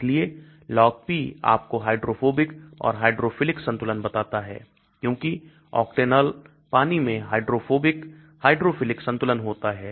इसलिए LogP आपको hydrophobic और हाइड्रोफिलिक संतुलन बताता है क्योंकि ऑक्टेनॉल पानी में हाइड्रोफोबिक हाइड्रोफिलिक संतुलन होता है